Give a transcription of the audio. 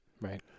Right